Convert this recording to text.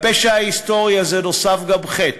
לפשע ההיסטורי הזה נוסף גם חטא.